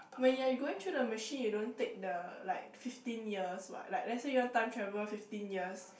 when you are you going through the machine you don't take the like fifteen years what like let's say you want to time travel fifteen years